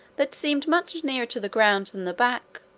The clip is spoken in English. that seemed much nearer to the ground than the back,